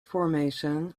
formation